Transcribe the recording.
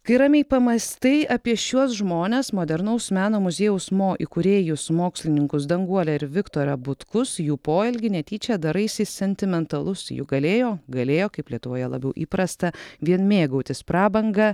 kai ramiai pamąstai apie šiuos žmones modernaus meno muziejaus mo įkūrėjus mokslininkus danguolę ir viktorą butkus jų poelgį netyčia daraisi sentimentalus juk galėjo galėjo kaip lietuvoje labiau įprasta vien mėgautis prabanga